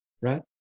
right